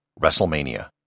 WrestleMania